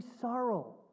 sorrow